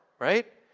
right?